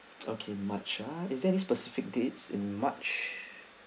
okay march ah is there any specific dates in march